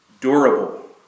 durable